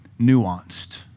nuanced